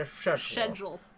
Schedule